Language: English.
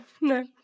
No